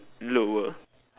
lower